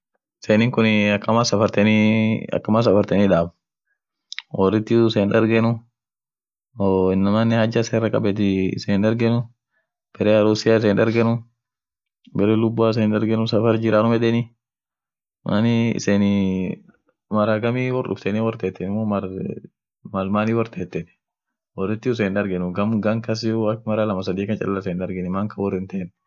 Portugal ada ishian biria ada ishiani ishin kwanza gradturnic ocean jirt ada ishia toko won sagaleat, sagale baharia tan akan nyaati aminen cheponen akama faan marti portwine, portwine lila fan jiirt mambo famillia tane akama muhimu kaskete won biri faan jiirt mambo dinia ishini roman Catholic gudio ishian sheree ishian sheree lila fan jirt street festival yeden amine fiesta the sawjouw yeden gar purtoa suuti midasenei ishi sune akasi